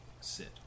Sit